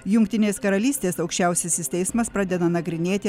jungtinės karalystės aukščiausiasis teismas pradeda nagrinėti